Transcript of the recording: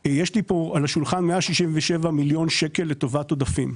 יש לי פה על השולחן 167 מיליון שקל לטובת עודפים.